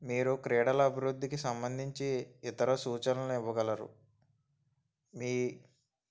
మీరు క్రీడల అభివృద్ధికి సంబంధించి ఇతర సూచనలు ఇవ్వగలరు మీ